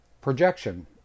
projection